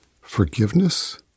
forgiveness